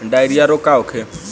Diarrhoea रोग का होखे?